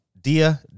Dia